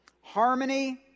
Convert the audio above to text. harmony